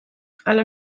hala